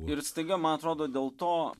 ir staiga man atrodo dėl to